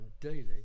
daily